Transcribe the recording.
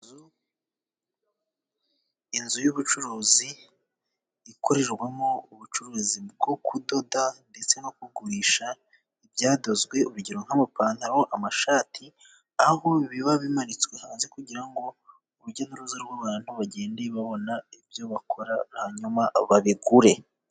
Inzu y'ubucuruzi ikorerwamo ubucuruzi bwo kudoda ndetse no kugurisha ibyadozwe, urugero nk'amapantaro n'amashati aho biba bimanitswe hanze, kugira ngo urujya n'uruza rw'abantu bagende babona ibyo bakora hanyuma babigure.